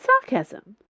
sarcasm